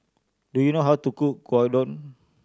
do you know how to cook Gyudon